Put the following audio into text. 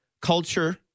culture